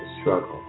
struggle